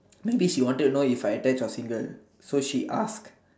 maybe she wanted to know if I attached or single so she ask